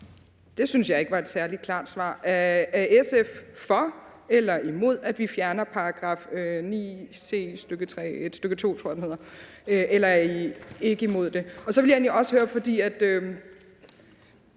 Det synes jeg ikke var et særlig klart svar. Er SF for eller imod, at man fjerner § 9 c, stk. 2, tror jeg det hedder, eller er I ikke imod det? Så vil jeg egentlig også høre om